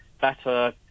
better